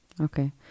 Okay